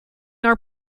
our